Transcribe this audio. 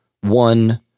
one